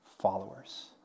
followers